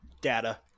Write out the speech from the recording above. Data